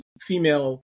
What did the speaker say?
female